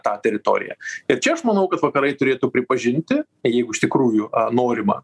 tą teritoriją ir čia aš manau kad vakarai turėtų pripažinti jeigu iš tikrųjų a norima